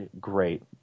great